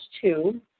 two